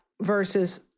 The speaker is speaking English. versus